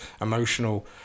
emotional